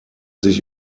sich